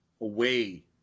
away